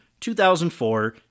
2004